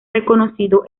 reconocido